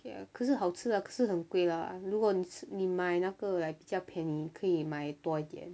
ya 可是好吃啦可是很贵啦如果你买那个 like 比较便宜可以买多一点